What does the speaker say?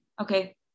okay